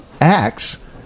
acts